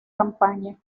campaña